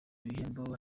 bihembo